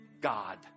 God